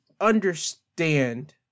understand